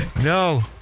No